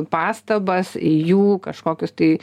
pastabas į jų kažkokius tai